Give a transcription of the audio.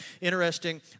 Interesting